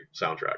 soundtrack